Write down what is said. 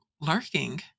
lurking